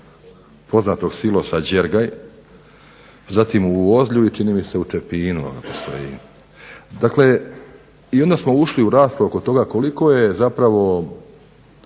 poznatog silosa Đergaj zatim u Ozlju i čini mi se u Čepinu postoji, onda smo ušli u raspravu oko toga